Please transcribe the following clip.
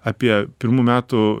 apie pirmų metų